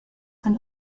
can